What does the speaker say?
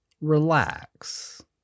relax